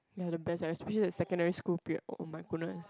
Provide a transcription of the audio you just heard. you are the best like I split in the secondary school period oh my goodness